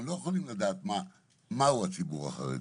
אתם הרי לא יכולים לדעת מהו הציבור החרדי.